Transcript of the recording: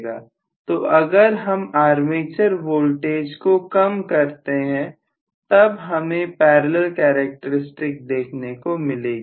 तो अगर हम आर्मेचर वोल्टेज को कम करते हैं तब हमें पैरलल कैरेक्टरिस्टिक देखने को मिलेंगी